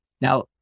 Now